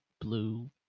blue